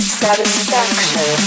satisfaction